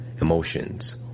emotions